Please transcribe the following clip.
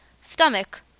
Stomach